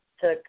took